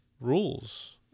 rules